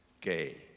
gay